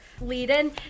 lead-in